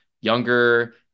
younger